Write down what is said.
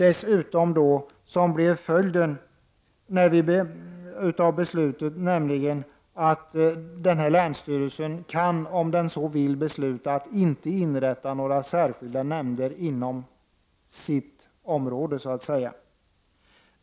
En följd av beslutet blir dessutom att denna länsstyrelse, om den så vill, kan besluta att inte inrätta några särskilda nämnder inom sitt område.